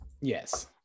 Yes